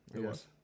Yes